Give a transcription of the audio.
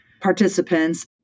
participants